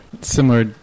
similar